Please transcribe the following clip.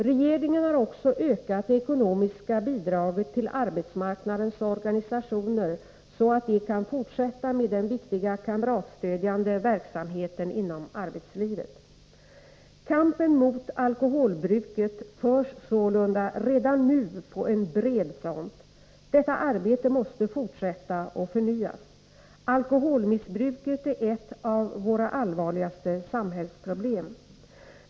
Regeringen har också ökat det ekonomiska bidraget till arbetsmarknadens organisationer, så att de kan fortsätta med den viktiga kamratstödjande verksamheten inom arbetslivet. Kampen mot alkoholbruket förs sålunda redan nu på en bred front. Detta arbete måste fortsätta och förnyas. Alkoholmissbruket är ett av våra allvarligaste samhällsproblem.